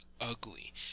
ugly